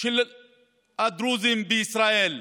של הדרוזים בישראל.